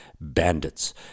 bandits